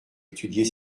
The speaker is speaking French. étudier